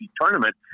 tournament